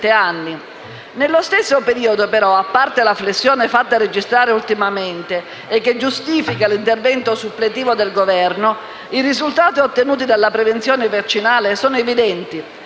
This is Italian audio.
Nello stesso periodo, però, a parte la flessione fatta registrare ultimamente e che giustifica l'intervento suppletivo del Governo, i risultati ottenuti dalla prevenzione vaccinale sono evidenti: